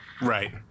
Right